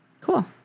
Cool